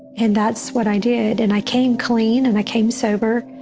and that's what i did. and i came clean and i came sober,